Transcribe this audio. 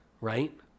right